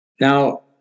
Now